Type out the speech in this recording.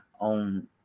on